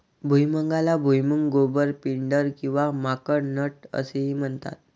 भुईमुगाला भुईमूग, गोबर, पिंडर किंवा माकड नट असेही म्हणतात